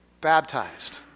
baptized